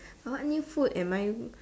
what new food am I